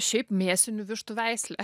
šiaip mėsinių vištų veislė